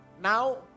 Now